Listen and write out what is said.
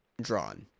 drawn